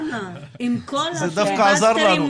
אתמול לא דיברת מספיק.